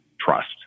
trust